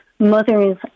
mothers